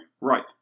Right